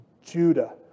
Judah